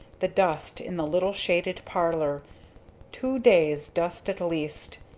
the dust in the little shaded parlor two days' dust at least,